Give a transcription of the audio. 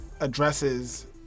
Addresses